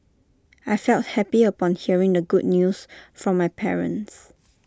I felt happy upon hearing the good news from my parents